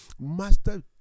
Master